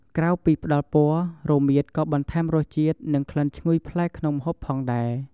ក្រៅពីផ្តល់ពណ៌ រមៀតក៏បន្ថែមរសជាតិ និងក្លិនឈ្ងុយប្លែកក្នុងម្ហូបផងដែរ ។